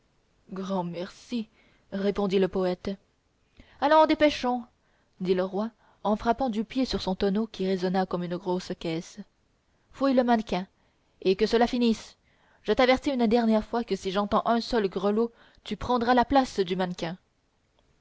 grand merci répondit le poète allons dépêchons dit le roi en frappant du pied sur son tonneau qui résonna comme une grosse caisse fouille le mannequin et que cela finisse je t'avertis une dernière fois que si j'entends un seul grelot tu prendras la place du mannequin